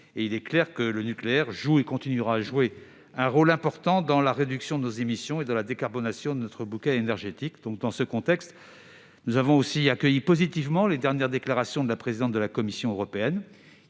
Il est clair que le nucléaire joue et continuera à jouer un rôle important dans la réduction de nos émissions et dans la décarbonation de notre bouquet énergétique. Dans ce contexte, nous avons aussi accueilli positivement les dernières déclarations de la présidente de la Commission européenne,